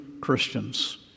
Christians